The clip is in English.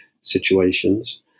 situations